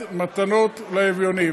מה מונע היום ממך,